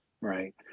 Right